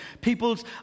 people's